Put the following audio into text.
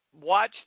Watch